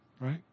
Right